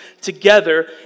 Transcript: together